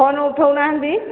phone ଉଠଉନାହାଁନ୍ତି